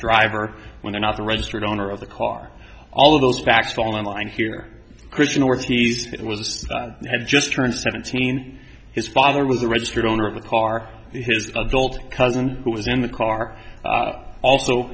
driver when they're not the registered owner of the car all of those facts fall in line here christian or if these had just turned seventeen his father was the registered owner of the car his adult cousin who was in the car also